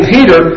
Peter